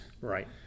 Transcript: Right